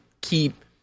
keep